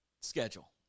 schedule